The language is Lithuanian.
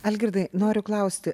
algirdai noriu klausti